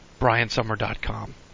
Briansummer.com